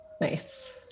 Nice